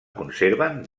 conserven